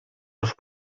los